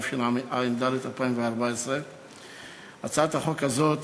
התשע"ד 2014. הצעת החוק הזאת